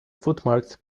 footmarks